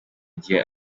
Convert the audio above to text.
gihe